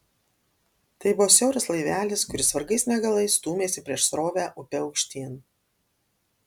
tai buvo siauras laivelis kuris vargais negalais stūmėsi prieš srovę upe aukštyn